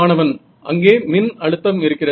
மாணவன் அங்கே மின் அழுத்தம் இருக்கிறது